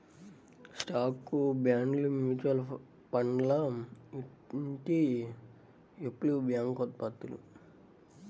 స్టాక్లు, బాండ్లు, మ్యూచువల్ ఫండ్లు ఇ.టి.ఎఫ్లు, బ్యాంక్ ఉత్పత్తులు